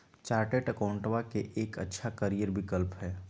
chartered अकाउंटेंटवा के एक अच्छा करियर विकल्प हई